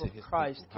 Christ